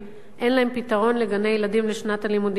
פתרון בגני-ילדים לשנת הלימודים הבאה.